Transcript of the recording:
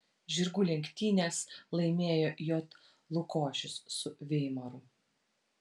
žirgų lenktynes laimėjo j lukošius su veimaru